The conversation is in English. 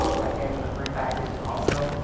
i came to the free package, also.